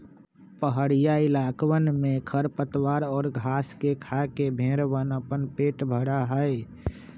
पहड़ीया इलाकवन में खरपतवार और घास के खाके भेंड़वन अपन पेट भरा हई